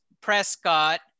Prescott